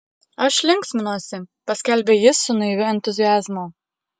aš linksminuosi paskelbė jis su naiviu entuziazmu